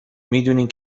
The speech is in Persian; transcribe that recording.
میدونین